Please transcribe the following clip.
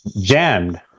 jammed